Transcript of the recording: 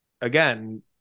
again